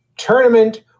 Tournament